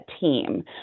team